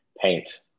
paint